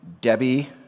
Debbie